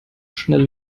schnell